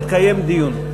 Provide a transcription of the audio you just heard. יתקיים דיון.